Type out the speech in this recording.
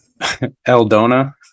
Eldona